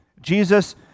jesus